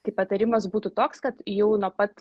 tai patarimas būtų toks kad jau nuo pat